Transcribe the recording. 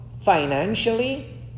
financially